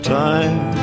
time